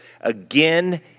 again